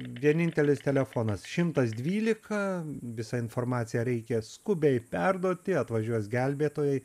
vienintelis telefonas šimtas dvylika visą informaciją reikia skubiai perduoti atvažiuos gelbėtojai